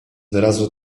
wyrazu